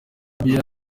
libya